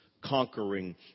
Conquering